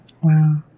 Wow